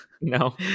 No